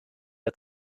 der